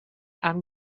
amb